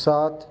सात